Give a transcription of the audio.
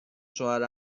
شوهر